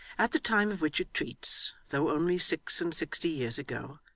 at the time of which it treats, though only six-and-sixty years ago,